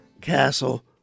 castle